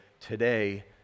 today